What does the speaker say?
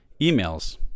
emails